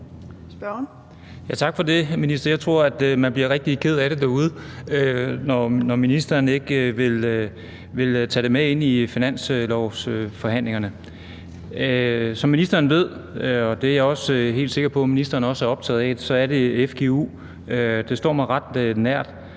Tak for det, minister. Jeg tror, at man bliver rigtig ked af det derude, når ministeren ikke vil tage det med ind i finanslovsforhandlingerne. Som ministeren ved, og jeg er også helt sikker på, at ministeren er optaget af det, står fgu mig ret nært.